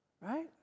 Right